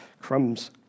Crumbs